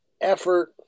effort